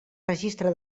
registre